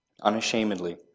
unashamedly